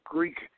Greek